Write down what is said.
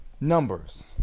Numbers